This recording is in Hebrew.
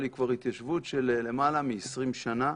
אבל היא כבר התיישבות של למעלה מ-20 שנה,